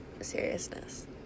seriousness